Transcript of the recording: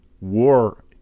war